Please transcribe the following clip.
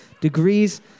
degrees